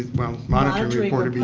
well monitoring sort of yeah